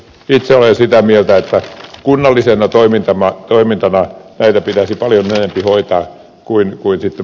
itse olen sitä mieltä että kunnallisena toimintana näitä pitäisi paljon enempi hoitaa